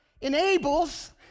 enables